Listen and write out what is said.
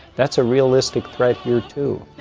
that's a realistic threat here too.